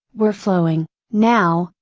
were flowing, now,